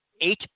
eight